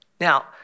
Now